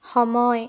সময়